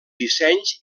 dissenys